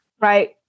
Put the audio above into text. Right